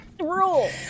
rule